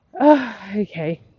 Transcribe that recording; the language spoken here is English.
okay